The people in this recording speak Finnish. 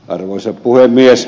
arvoisa puhemies